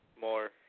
more